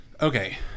okay